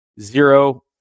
Zero